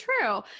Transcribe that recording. true